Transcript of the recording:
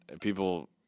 people